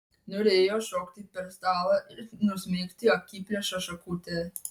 norėjo šokti per stalą ir nusmeigti akiplėšą šakute